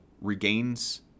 regains